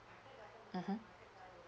mmhmm